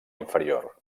inferior